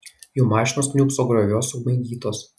jų mašinos kniūbso grioviuos sumaigytos